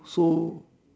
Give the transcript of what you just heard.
so